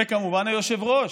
וכמובן, היושב-ראש.